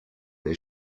des